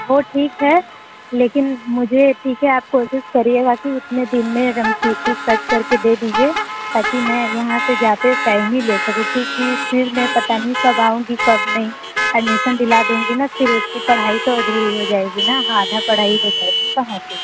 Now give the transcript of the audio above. वो ठीक है लेकिन मुझे ठीक है आप कोशिश करिएगा कि उतने दिन में टी सी कट करके दे दीजिए ताकि मैं यहाँ से जाते ही साइन ही ले सकूँ क्योंकि फिर मैं पता नहीं कब आऊंगी कब नहीं एडमिशन दिला दूँगी ना फिर उसकी पढ़ाई तो अधूरी हो जाएगी ना आधा पढ़ाई हो जाएगी वहाँ से